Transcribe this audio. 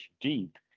deep